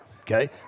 okay